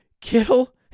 Kittle